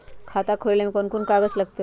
खाता खोले ले कौन कौन कागज लगतै?